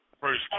First